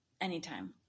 anytime